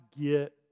get